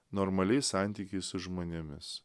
normaliais santykiais su žmonėmis